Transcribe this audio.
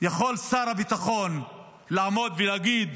יכול שר הביטחון לעמוד ולהגיד: